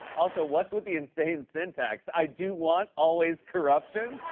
also, what's with the insane syntax? i do want, always, corruption?